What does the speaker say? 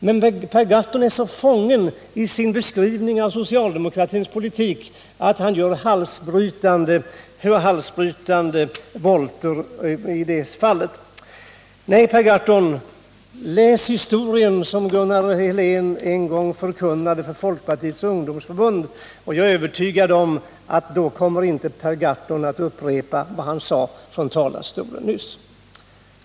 Men Per Gahrton är så fången i sin beskrivning av socialdemokratins politik att han gör halsbrytande volter i det fallet. Nej, Per Gahrton, läs historien, som Gunnar Helén en gång förkunnade för Folkpartiets ungdomsförbund! Jag är övertygad om att då kommer inte Per Gahrton att upprepa vad han sade från talarstolen nyss.